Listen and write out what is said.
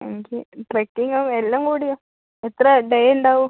എനിക്ക് ഇപ്പോഴത്തേക്ക് ആ എല്ലം കൂടിയോ എത്ര ഡേ ഉണ്ടാവും